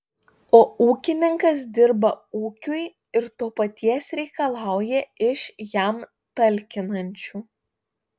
o ūkininkas dirba ūkiui ir to paties reikalauja iš jam talkinančių